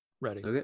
ready